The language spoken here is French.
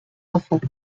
enfants